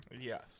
Yes